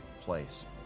place